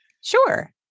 Sure